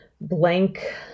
blank